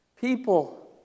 people